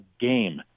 game